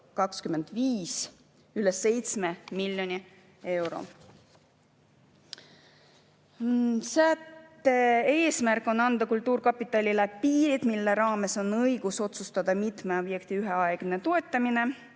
2025 üle 7 miljoni euro. Sätte eesmärk on anda kultuurkapitalile piirid, mille raames on õigus otsustada mitme objekti üheaegne toetamine.